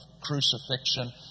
crucifixion